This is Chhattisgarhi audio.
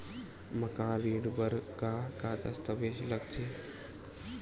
मकान ऋण बर का का दस्तावेज लगथे?